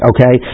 Okay